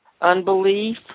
Unbelief